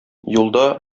юлда